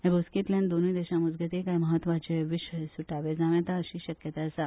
ह्या बसकेतल्यान दोनुय देशा मजगती काय म्हत्वाचे विषय सुटावे जाव येता अशी शक्यता आसा